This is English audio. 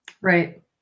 Right